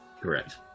Correct